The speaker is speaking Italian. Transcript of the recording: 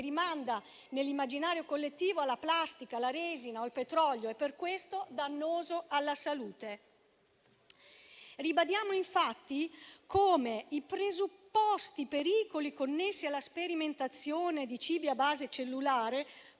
rimanda nell'immaginario collettivo alla plastica, alla resina o al petrolio e per questo dannoso alla salute. Ribadiamo, infatti, come i presupposti pericoli connessi alla sperimentazione di cibi a base cellulare,